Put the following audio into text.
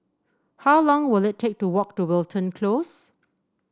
how long will it take to walk to Wilton Close